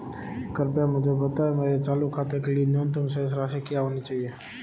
कृपया मुझे बताएं मेरे चालू खाते के लिए न्यूनतम शेष राशि क्या होनी चाहिए?